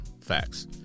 Facts